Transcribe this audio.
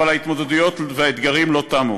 אבל ההתמודדויות והאתגרים לא תמו.